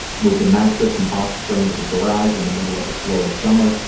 moved a mattress and box spring to the garage in the middle of a florida summer.